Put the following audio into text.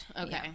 Okay